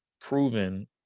proven